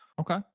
Okay